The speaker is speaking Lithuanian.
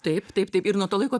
taip taip taip ir nuo to laiko